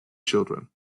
children